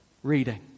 reading